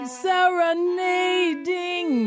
serenading